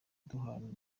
duhana